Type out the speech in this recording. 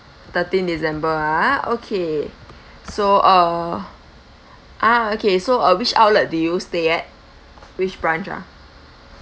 thirteen december ah okay so uh ah okay so uh which outlet did you stay at which branch lah